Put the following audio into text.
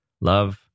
love